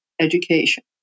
education